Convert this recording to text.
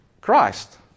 Christ